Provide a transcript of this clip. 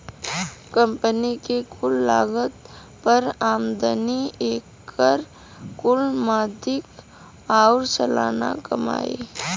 company के कुल लागत पर आमदनी, एकर कुल मदिक आउर सालाना कमाई